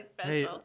hey